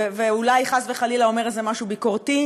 ואולי חס וחלילה אומר איזה משהו ביקורתי,